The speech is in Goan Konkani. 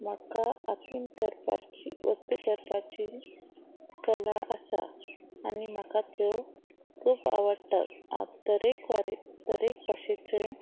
म्हाका हातीन करपाची वस्तू करपाची कला आसा आनी म्हाका त्यो खूब आवडटात हांव तरेकवारे तरेक भाशेचे